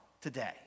today